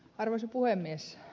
arvoisa puhemies